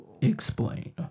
Explain